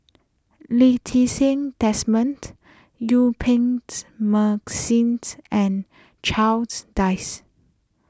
Lee Ti Seng Desmond Yuen Peng's mark since and Charles Dyce